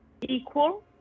equal